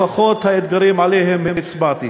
לפחות באתגרים שעליהם הצבעתי.